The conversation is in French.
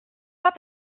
pas